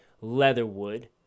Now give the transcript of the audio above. Leatherwood